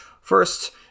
first